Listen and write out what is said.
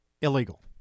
illegal